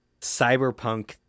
cyberpunk